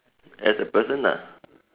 as a person lah